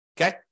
Okay